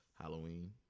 Halloween